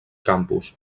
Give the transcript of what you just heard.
campus